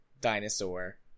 dinosaur